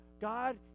God